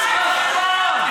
אף פעם,